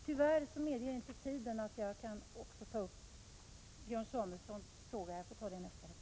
Tiden medger tyvärr inte att jag också bemöter Björn Samuelsons fråga i detta inlägg.